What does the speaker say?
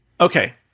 Okay